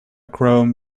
chrome